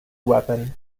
weapon